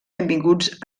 benvinguts